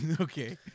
Okay